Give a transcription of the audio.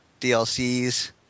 DLCs